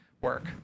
work